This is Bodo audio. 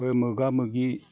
मोगा मोगि